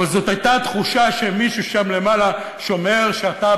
אבל הייתה תחושה שמישהו שם למעלה שומר שאתה,